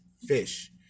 fish